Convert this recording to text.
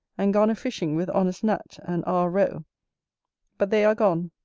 and gone a-fishing with honest nat. and r. roe but they are gone,